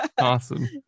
awesome